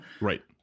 Right